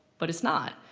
but it's not.